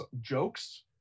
jokes